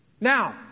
Now